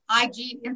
IG